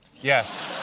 yes,